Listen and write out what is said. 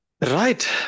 Right